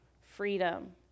freedom